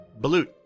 Balut